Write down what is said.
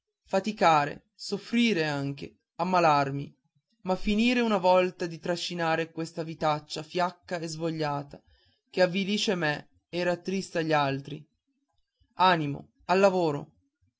faticare soffrire anche ammalarmi ma finire una volta di trascinare questa vitaccia fiacca e svogliata che avvilisce me e rattrista gli altri animo al lavoro